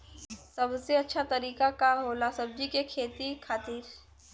सबसे अच्छा तरीका का होला सब्जी के खेती खातिर?